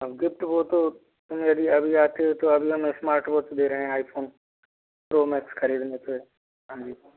gift वो तो अभी आते हो तो हम स्मार्टवॉच दे रहे हैं आईफ़ोन प्रो मैक्स खरीदने पर हाँ जी